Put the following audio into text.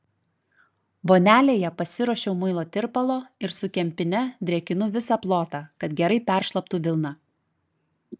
vonelėje pasiruošiau muilo tirpalo ir su kempine drėkinu visą plotą kad gerai peršlaptų vilna